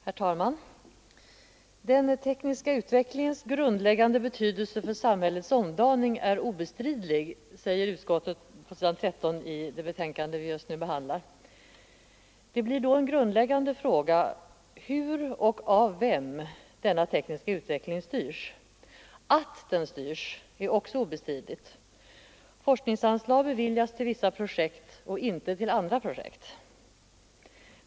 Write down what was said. Herr talman! ”Den tekniska utvecklingens grundläggande betydelse för samhällets omdaning är obestridlig”, säger utskottet på s. 13 i det betänkande som vi just nu behandlar. Det blir då en grundläggande fråga hur och av vem denna tekniska utveckling styrs. Att den styrs är också obestridligt. Forskningsanslag beviljas till vissa projekt och inte till andra.